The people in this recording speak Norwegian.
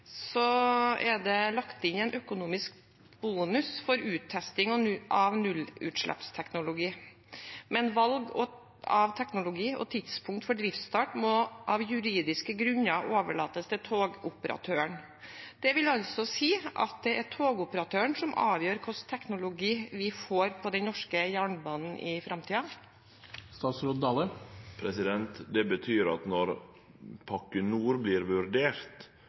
er det lagt inn en økonomisk bonus for uttesting av nullutslippsteknologi, men at valg av teknologi og tidspunkt for driftsstart må av juridiske grunner overlates til togoperatøren. Det vil altså si at det er togoperatøren som avgjør hva slags teknologi vi får på den norske jernbanen i framtiden? Det betyr at når Trafikkpakke 2 Nord vert vurdert,